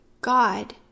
God